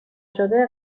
شده